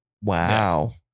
wow